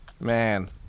Man